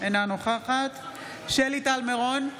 אינה נוכחת שלי טל מירון,